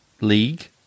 league